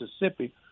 Mississippi